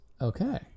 Okay